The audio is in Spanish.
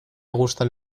gustan